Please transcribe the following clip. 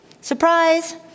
Surprise